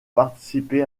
participer